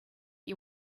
you